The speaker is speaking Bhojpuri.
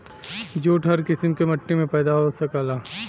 जूट हर किसिम के मट्टी में पैदा हो सकला